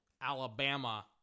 Alabama